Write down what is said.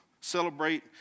celebrate